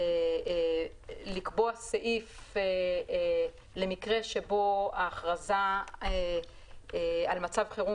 לקבוע סעיף למקרה שבו ההכרזה על מצב חירום